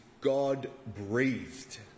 God-breathed